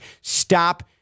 Stop